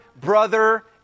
brother